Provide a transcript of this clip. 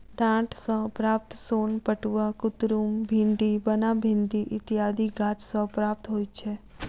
डांट सॅ प्राप्त सोन पटुआ, कुतरुम, भिंडी, बनभिंडी इत्यादि गाछ सॅ प्राप्त होइत छै